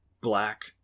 black